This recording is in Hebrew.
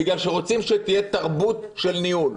בגלל שרוצים שתהיה תרבות של ניהול.